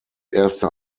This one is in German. erste